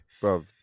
bro